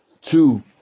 two